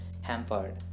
hampered